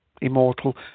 immortal